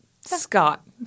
Scott